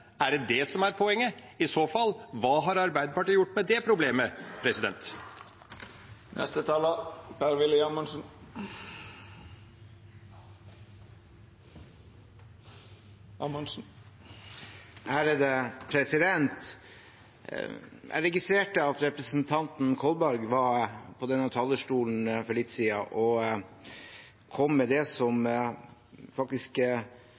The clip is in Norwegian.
Er det det som er poenget? I så fall – hva har Arbeiderpartiet gjort med det problemet? Jeg registrerte at representanten Kolberg var på denne talerstolen for litt siden og kom med det som faktisk